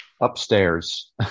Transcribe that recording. Upstairs